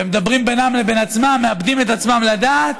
ומדברים בינם לבין עצמם, מאבדים את עצמם לדעת.